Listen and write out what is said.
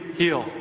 heal